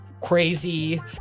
crazy